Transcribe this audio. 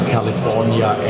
California